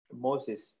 Moses